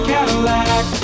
Cadillac